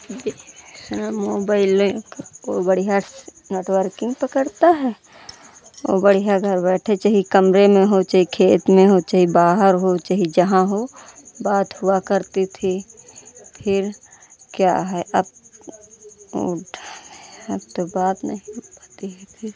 B S N L मोबाइले क को बढ़िया नेटवर्किंग पकड़ता है और बढ़िया घर बैठे चाहे कमरे में हो चाहे खेत में हो चाहे बाहर हो चाहे जहाँ हो बात हुआ करती थी फिर क्या है अब अब तो बात नहीं होती है फिर